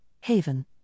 Haven